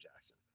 Jackson